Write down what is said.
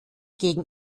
gegen